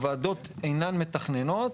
הוועדות אינן מתכננות,